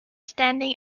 standing